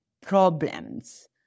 problems